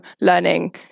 learning